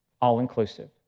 all-inclusive